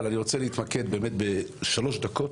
אבל אני רוצה להתמקד בשלוש דקות,